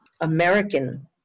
American